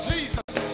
Jesus